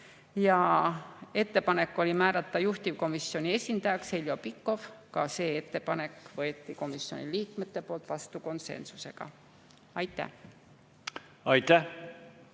Ja ettepanek oli määrata juhtivkomisjoni esindajaks Heljo Pikhof. Ka see ettepanek võeti komisjoni liikmete poolt vastu konsensusega. Aitäh! Aitäh!